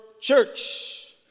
church